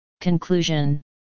Conclusion